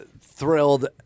thrilled